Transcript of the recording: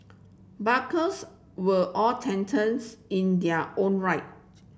barkers were all titans in their own right